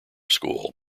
school